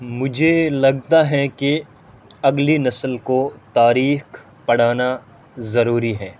مجھے لگتا ہے کہ اگلی نسل کو تاریخ پڑھانا ضروری ہے